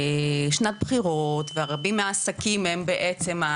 שנת בחירות ורבים מהעסקים הם בעצם,